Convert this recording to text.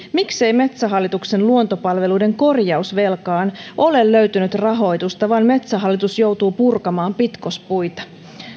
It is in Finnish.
miksei metsähallituksen luontopalveluiden korjausvelkaan ole löytynyt rahoitusta vaan metsähallitus joutuu purkamaan pitkospuita